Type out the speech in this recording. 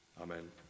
Amen